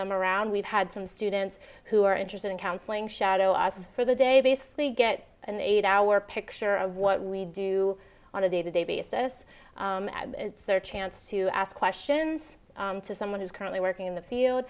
them around we've had some students who are interested in counseling shadow us for the day basically get an eight hour picture of what we do on a day to day basis it's their chance to ask questions to someone who's currently working in the field